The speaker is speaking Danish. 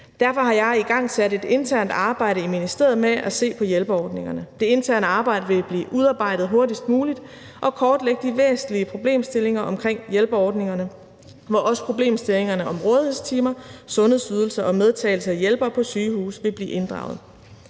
Derfor har jeg igangsat et internt arbejde i ministeriet med at se på hjælperordningerne. Det interne arbejde vil blive udarbejdet hurtigst muligt og kortlægge de væsentlige problemstillinger omkring hjælperordningerne, hvor også problemstillingerne om rådighedstimer, sundhedsydelser og medtagelse af hjælpere på sygehuse vil blive inddraget.